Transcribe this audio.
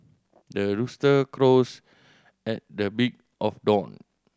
the rooster crows at the big of dawn